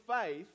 faith